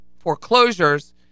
foreclosures